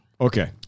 Okay